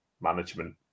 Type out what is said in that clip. management